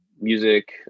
music